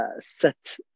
set